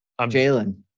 Jalen